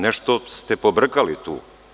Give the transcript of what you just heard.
Nešto ste pobrkali tu.